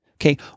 Okay